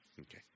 Okay